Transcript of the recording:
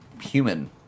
human